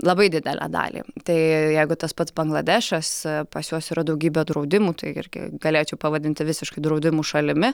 labai didelę dalį tai jeigu tas pats bangladešas pas juos yra daugybė draudimų tai irgi galėčiau pavadinti visiškai draudimų šalimi